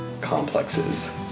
complexes